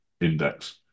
Index